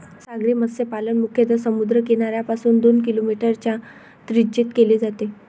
सागरी मत्स्यपालन मुख्यतः समुद्र किनाऱ्यापासून दोन किलोमीटरच्या त्रिज्येत केले जाते